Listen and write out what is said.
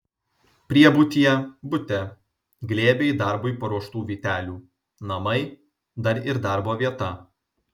priebutyje bute glėbiai darbui paruoštų vytelių namai dar ir darbo vieta